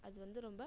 அது வந்து ரொம்ப